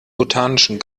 botanischen